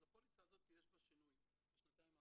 אז בפוליסה הזאת יש שינוי בשנתיים האחרונות.